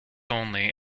only